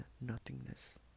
nothingness